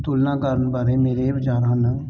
ਤੁਲਨਾ ਕਰਨ ਬਾਰੇ ਮੇਰੇ ਵਿਚਾਰ ਹਨ